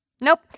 Nope